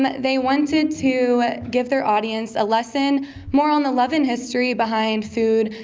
they wanted to give their audience a lesson more on the love and history behind food,